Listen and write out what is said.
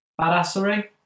badassery